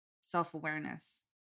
self-awareness